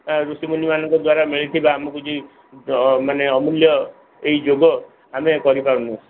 ଋଷି ମୁନିମାନଙ୍କ ଦ୍ୱାରା ମିଳିଥିବା ଆମକୁ ଯୋଉ ମାନେ ଅମୂଲ୍ୟ ଏଇ ଯୋଗ ଆମେ କରି ପାରୁନୁ